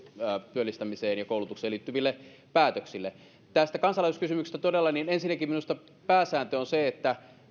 työllistämiseen ja koulutukseen liittyville päätöksille tästä kansalaisuuskysymyksestä todella ensinnäkin minusta pääsääntö on se että